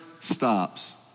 stops